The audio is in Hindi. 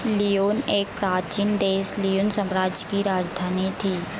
लियोन एक प्राचीन देश लियोन साम्राज्य की राजधानी थी